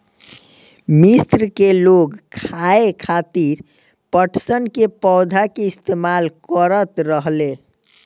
मिस्र के लोग खाये खातिर पटसन के पौधा के इस्तेमाल करत रहले